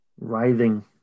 writhing